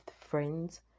friends